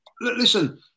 listen